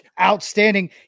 outstanding